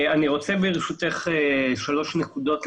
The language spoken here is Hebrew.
אני רוצה ברשותך להעלות שלוש נקודות.